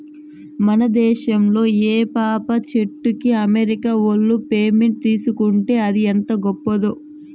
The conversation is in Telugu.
మన దేశంలా ఏప చెట్టుకి అమెరికా ఓళ్ళు పేటెంట్ తీసుకుంటే అది ఎంత గొప్పదో